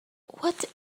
what